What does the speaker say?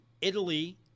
Italy